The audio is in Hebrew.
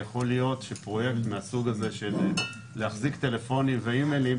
יכול להיות שפרויקט מהסוג של להחזיק טלפונים ואימיילים